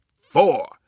four